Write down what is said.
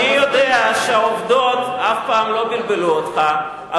אני יודע שהעובדות אף פעם לא בלבלו אותך,